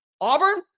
Auburn